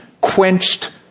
quenched